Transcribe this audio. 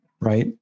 right